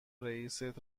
رئیست